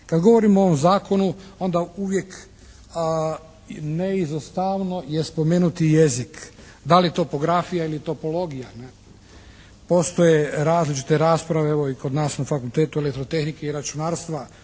Kad govorimo o ovom Zakonu onda uvijek neizostavno je spomenuti jezik, da li topografija ili topologija. To su te različite rasprave, evo i kod nas na Fakultetu elektrotehnike i računarstva